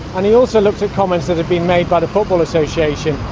and he also looked at comments that had been made by the football association,